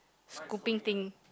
scooping thing